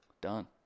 Done